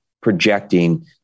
projecting